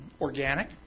organic